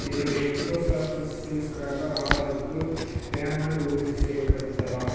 என்னுடைய எக்ஸோ ஸாஃபல் steel scraper ஆர்டருக்கு பேமெண்ட் உறுதி செய்யப்பட்டதா